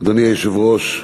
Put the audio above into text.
אדוני היושב-ראש,